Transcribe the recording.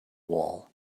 wall